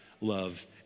love